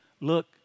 look